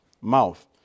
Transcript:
mouth